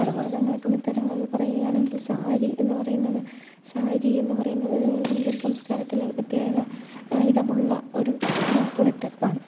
അതുപോലെ തന്നെ തുണിത്തരങ്ങൾ പറയുകയാണെങ്കിൽ സാരി എന്ന് പറയുന്നത് സാരി എന്ന് പറയുന്നത് ഇന്ത്യൻ സംസ്കാരത്തില് ഒരു പ്രത്യേക ഇടമുള്ള ഒരു തുണിത്തരമാണ്